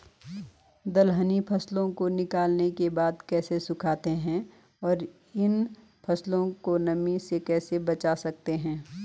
दलहनी फसलों को निकालने के बाद कैसे सुखाते हैं और इन फसलों को नमी से कैसे बचा सकते हैं?